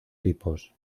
tipos